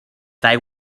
they